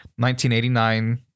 1989